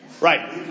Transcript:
Right